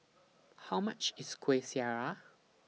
How much IS Kueh Syara